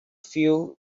filled